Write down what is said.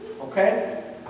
Okay